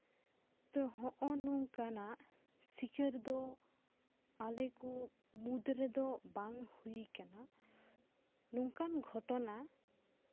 ᱛ ᱦᱚᱜᱼᱚᱭ ᱱᱚᱝᱠᱟᱱᱟᱜ ᱥᱤᱠᱟᱹᱨ ᱫᱚ ᱟᱞᱮ ᱠᱚ ᱢᱩᱫᱽ ᱨᱮᱫᱚ ᱵᱟᱝ ᱦᱩᱭ ᱠᱟᱱᱟ ᱱᱚᱝᱠᱟᱱ ᱜᱷᱚᱴᱚᱱᱟ